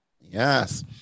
Yes